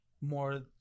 more